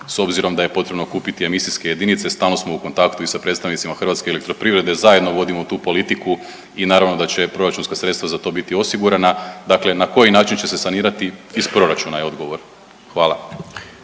s obzirom da je potrebno kupiti emisijske jedinice. Stalno smo u kontaktu i sa predstavnicima HEP-a, zajedno vodimo tu politiku i naravno da će proračunska sredstva za to biti osigurana. Dakle, na koji način će se sanirati? Iz proračuna je odgovor. Hvala.